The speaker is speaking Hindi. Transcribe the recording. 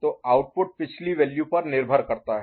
तो आउटपुट पिछली वैल्यू पर निर्भर करता है